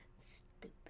Stupid